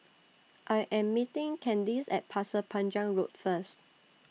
I Am meeting Kandice At Pasir Panjang Road First